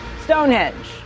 Stonehenge